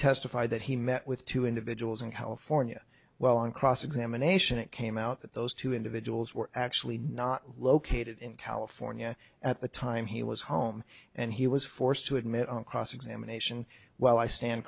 testified that he met with two individuals in california well on cross examination it came out that those two individuals were actually not located in california at the time he was home and he was forced to admit on cross examination well i stand